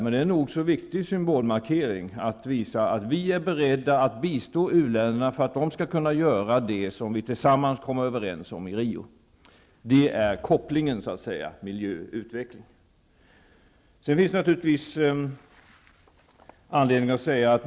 Men de utgör en nog så viktig symbolmarkering för att visa att Sverige är berett att bistå u-länderna så att de skall kunna genomföra det som vi tillsammans skall komma överens om i Rio. Detta är kopplingen mellan miljö och utveckling.